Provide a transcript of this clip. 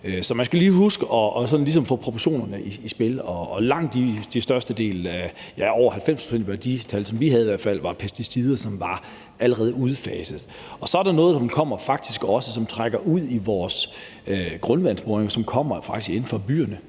Så man skal lige huske at få proportionerne i spil, og langt størstedelen, ja, over 90 pct., ud fra de tal, vi havde, var pesticider, som allerede var udfaset. Så er der noget, der trækker ud i vores grundvandsboringer, som faktisk kommer inde fra byerne,